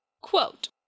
Quote